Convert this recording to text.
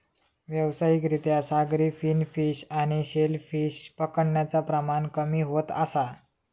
व्यावसायिक रित्या सागरी फिन फिश आणि शेल फिश पकडण्याचा प्रमाण कमी होत असा